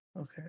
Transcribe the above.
Okay